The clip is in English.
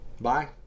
bye